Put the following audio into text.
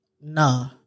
nah